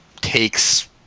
takes